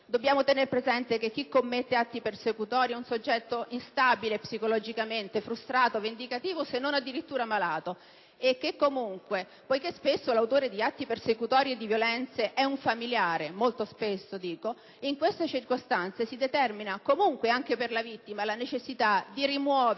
Dobbiamo tener presente che chi commette atti persecutori è un soggetto psicologicamente instabile, frustrato, vendicativo, se non addirittura malato. E poiché molto spesso l'autore di atti persecutori e di violenze è un familiare, in queste circostanze si determina comunque, anche per la vittima, la necessità di rimuovere